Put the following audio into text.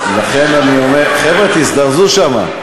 לכן אני אומר, חבר'ה, תזדרזו שם.